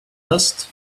best